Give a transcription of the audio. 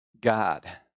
God